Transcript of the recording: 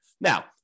Now